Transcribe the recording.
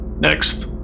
Next